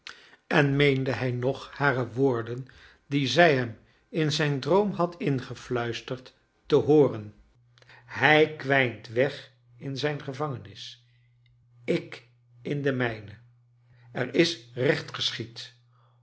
en meende hij nog hare woorden die zij hem in zijn droom had ingefluisterd te hooren hij kwijnt weg in zijn gevangenis ik in de mijne er is recht geschied